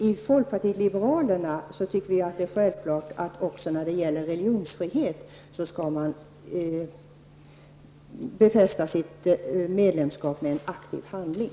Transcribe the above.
Inom folkpartiet liberalerna tycker vi att det är självklart att man även när det gäller religionsfrihet skall befästa sitt medlemskap med en aktiv handling.